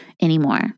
anymore